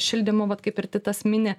šildymo vat kaip ir titas mini